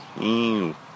Ew